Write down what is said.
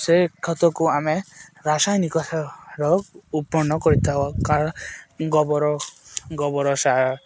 ସେ ଖତକୁ ଆମେ ରାସାୟନିକ ସାର ଉତ୍ପନ୍ନ କରିଥାଉ କାରଣ ଗୋବର ଗୋବର ସାର